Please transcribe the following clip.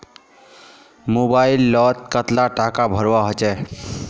Mobile लोत कतला टाका भरवा होचे?